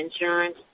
insurance